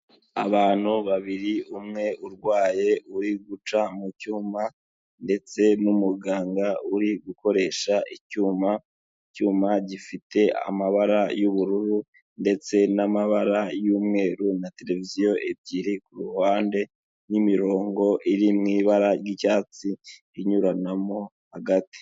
Abantu babiri umwe urwaye uri guca mu cyuma ndetse n'umuganga uri gukoresha icyuma, icyuma gifite amabara y'ubururu ndetse n'amabara y'umweru na tereviziyo ebyiri ku ruhande, n'imirongo iri mu ibara ry'icyatsi inyuranamo hagati.